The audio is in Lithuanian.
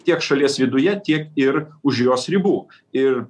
tiek šalies viduje tiek ir už jos ribų ir